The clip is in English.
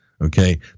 okay